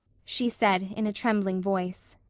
she said, in a trembling voice.